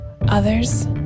others